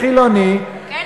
חילוני,